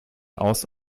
aus